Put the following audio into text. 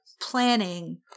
planning